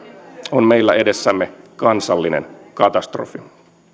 on meillä edessämme kansallinen katastrofi